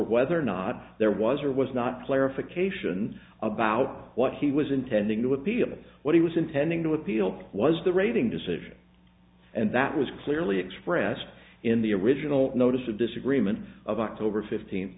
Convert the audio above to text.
whether or not there was or was not clarification about what he was intending to appeal is what he was intending to appeal to was the rating decision and that was clearly expressed in the original notice of this agreement of october fifteenth